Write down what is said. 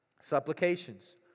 Supplications